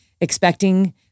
expecting